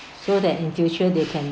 so that in future they can